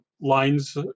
lines